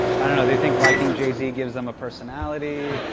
i dunno, they think liking jay-z yeah gives them a personality.